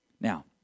Now